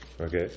Okay